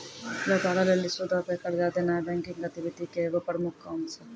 व्यापारो लेली सूदो पे कर्जा देनाय बैंकिंग गतिविधि के एगो प्रमुख काम छै